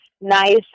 nice